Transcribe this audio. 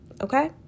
okay